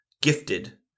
gifted